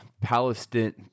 Palestinian